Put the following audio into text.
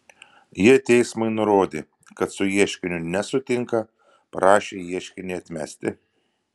jie teismui nurodė kad su ieškiniu nesutinka prašė ieškinį atmesti